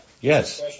Yes